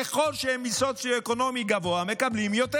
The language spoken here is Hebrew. ככל שהם מסוציו-אקונומי גבוה הם מקבלים יותר,